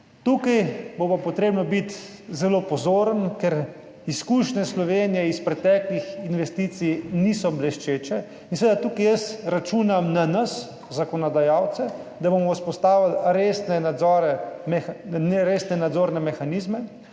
Tukaj bo pa potrebno biti zelo pozoren, ker izkušnje Slovenije iz preteklih investicij niso bleščeče. Tukaj jaz računam na nas zakonodajalce, da bomo vzpostavili resne nadzorne mehanizme,